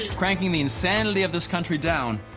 cranking the insanity of this country down,